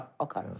okay